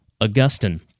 Augustine